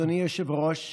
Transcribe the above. אדוני היושב-ראש,